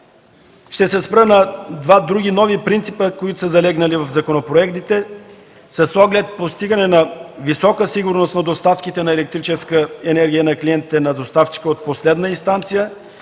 Ще се спра на два други нови принципа, които са залегнали в законопроектите с оглед постигане на висока сигурност на доставките на електрическа енергия до клиентите на доставчика от последна инстанция и